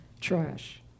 Trash